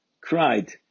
cried